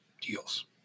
deals